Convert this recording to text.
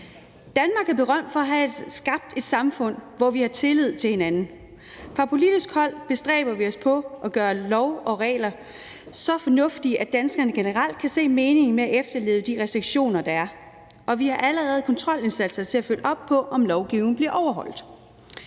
Danmark er berømt for at have skabt et samfund, hvor vi har tillid til hinanden. Fra politisk hold bestræber vi os på at gøre love og regler så fornuftige, at danskerne generelt kan se meningen med at efterleve de restriktioner, der er. Og vi har allerede kontrolindsatser til at følge op på, om lovgivningen bliver overholdt.